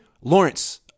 Lawrence